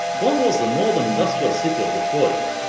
one was the northern industrial city of detroit,